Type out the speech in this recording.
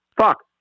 fuck